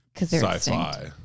sci-fi